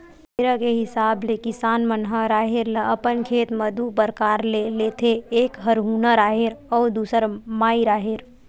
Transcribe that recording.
बेरा के हिसाब ले किसान मन ह राहेर ल अपन खेत म दू परकार ले लेथे एक हरहुना राहेर अउ दूसर माई राहेर